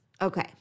Okay